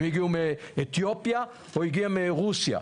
אם הגיעו מאתיופיה, או הגיעו מרוסיה.